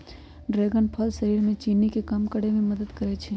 dragon फल शरीर में चीनी के कम करे में मदद करई छई